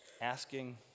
Asking